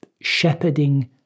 shepherding